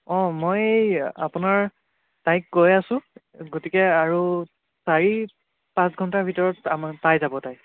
অঁ মই এই আপোনাৰ তাইক কৈ আছোঁ গতিকে আৰু চাৰি পাঁচ ঘণ্টাৰ ভিতৰত আমাৰ পাই যাব তাই